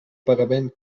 pagament